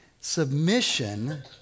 Submission